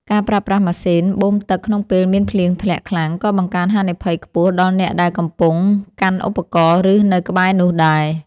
ការប្រើប្រាស់ម៉ាស៊ីនបូមទឹកក្នុងពេលមានភ្លៀងធ្លាក់ខ្លាំងក៏បង្កើនហានិភ័យខ្ពស់ដល់អ្នកដែលកំពុងកាន់ឧបករណ៍ ឬនៅក្បែរនោះដែរ។